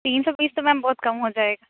تین سو پیس تو میم بہت کم ہو جائے گا